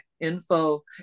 info